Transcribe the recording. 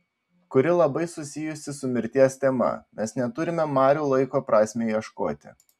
kuri labai susijusi su mirties tema mes neturime marių laiko prasmei ieškoti